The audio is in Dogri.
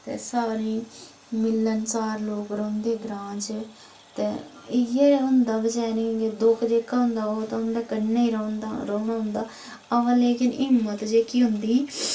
ते सारे ई मिलनसार लोक रौंहदे ग्रांऽ च ते इ'यै होंदा बचारें कि दुख जेह्का होंदा ओह् ते उन्दे कन्नै गै रौंह्दा रौह्ना होंदा अवा लेकिन हिम्मत जेह्की होंदी